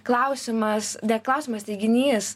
klausimas ne klausimas teiginys